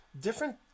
different